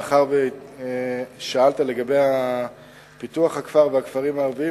מאחר ששאלת לגבי פיתוח הכפר והכפרים הערביים,